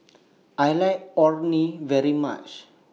I like Orh Nee very much